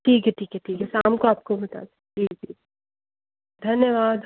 ठीक है ठीक है ठीक है शाम को आपको बता जी जी धन्यवाद